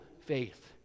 faith